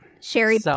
Sherry